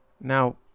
Now